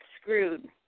screwed